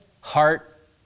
heart